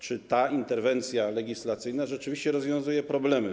Czy ta interwencja legislacyjna rzeczywiście rozwiązuje problemy?